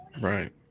right